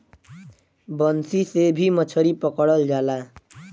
बंसी से भी मछरी पकड़ल जाला